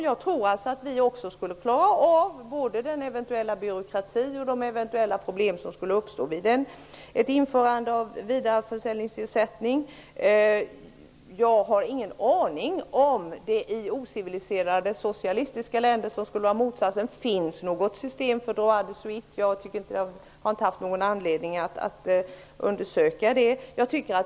Jag tror också att vi skulle klara av både den eventuella byråkrati och de eventuella problem som skulle uppstå vid ett införande av vidareförsäljningsersättning. Jag har ingen aning om det i ociviliserade socialistiska länder, som ju skulle vara motsatsen, finns något system för ''droit de suite''. Jag har inte haft någon anledning att undersöka det.